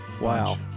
wow